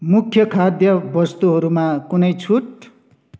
मुख्य खाद्यवस्तुहरूमा कुनै छुट